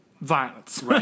violence